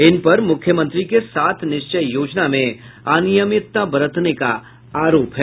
इन पर मुख्यमंत्री के सात निश्चय योजना में अनियमितता बरतने का आरोप है